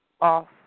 off